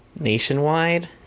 nationwide